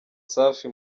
safi